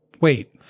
Wait